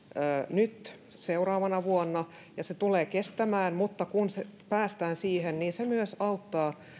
nyt seuraavana vuonna ja se tulee kestämään mutta kun päästään siihen se myös auttaa